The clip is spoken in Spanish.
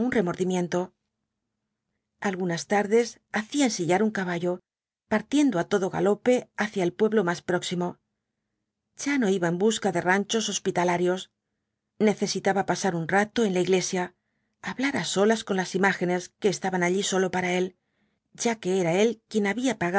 remordimiento alcanas tardes hacía ensillar un caballo partiendo á todo galope hacia el pueblo más próximo ya no iba en busca de ranchos hospitalarios necesitaba pasar un rato en la iglesia hablar á solas con las imágenes que estaban allí sólo para él ya que era él quien había